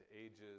ages